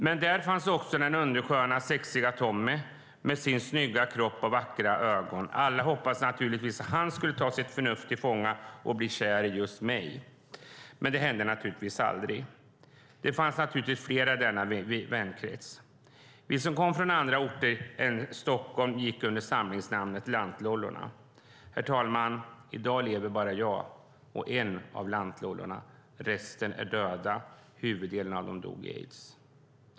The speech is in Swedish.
Men där fanns också den undersköna och sexiga Tommy med sin snygga kropp och vackra ögon. Alla hoppades naturligtvis att han skulle ta sitt förnuft till fånga och bli kär i just en själv. Men det hände naturligtvis aldrig. Det fanns flera i denna vänkrets. Vi som kom från andra orter än Stockholm gick under samlingsnamnet lantlollorna. Herr talman! I dag lever bara jag och en annan av lantlollorna, resten är döda, huvuddelen av dem dog i aids.